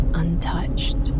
untouched